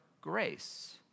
grace